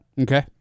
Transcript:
Okay